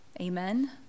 Amen